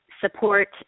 support